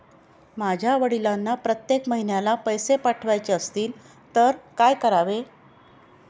माझ्या वडिलांना प्रत्येक महिन्याला पैसे पाठवायचे असतील तर काय करावे?